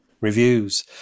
reviews